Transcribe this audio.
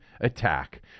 attack